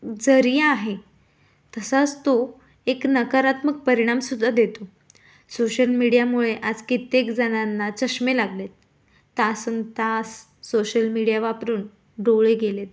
जरिया आहे तसाच तो एक नकारात्मक परिणामसुद्धा देतो सोशल मीडियामुळे आज कित्येक जणांना चष्मे लागलेत तासन् तास सोशल मीडिया वापरून डोळे गेले आहेत